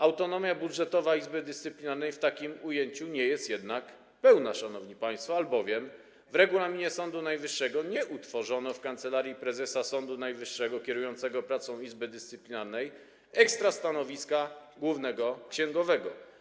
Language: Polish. Autonomia budżetowa Izby Dyscyplinarnej w takim ujęciu nie jest jednak pełna, szanowni państwo, albowiem w regulaminie Sądu Najwyższego nie utworzono w Kancelarii Prezesa Sądu Najwyższego kierującego pracą Izby Dyscyplinarnej ekstrastanowiska głównego księgowego.